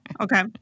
Okay